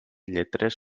lletres